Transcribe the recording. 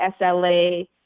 sla